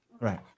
Right